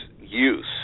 use